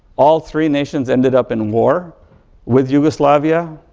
all three nations ended up in war with yugoslavia.